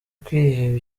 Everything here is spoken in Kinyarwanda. kwireba